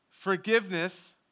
Forgiveness